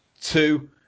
Two